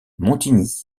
montigny